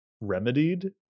remedied